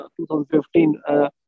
2015